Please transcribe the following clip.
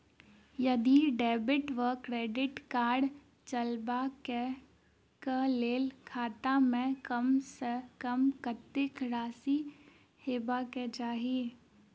यदि डेबिट वा credit card चलबाक कऽ लेल खाता मे कम सऽ कम कत्तेक राशि हेबाक चाहि?